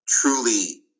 truly